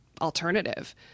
alternative